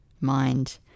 mind